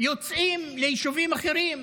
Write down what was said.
יוצאים ליישובים אחרים,